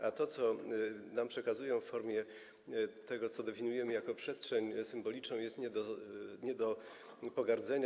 A to, co nam przekazują w formie tego, co definiujemy jako przestrzeń symboliczną, jest nie do pogardzenia.